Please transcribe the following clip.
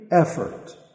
effort